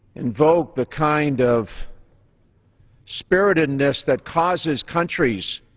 invoke the kind of spiritedness that causes countries